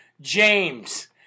James